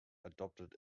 adopted